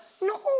No